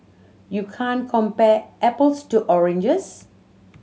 you can't compare apples to oranges